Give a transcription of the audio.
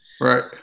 right